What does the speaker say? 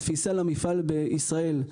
בתפיסה למפעל בישראל.